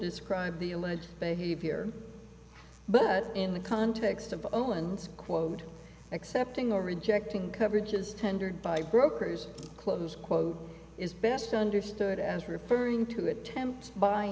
describe the alleged behavior but in the context of owens quote accepting or rejecting coverage is tendered by brokers close quote is best understood as referring to attempt by